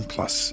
Plus